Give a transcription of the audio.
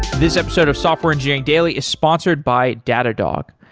this episode of software engineering daily is sponsored by datadog.